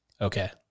Okay